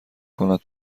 کند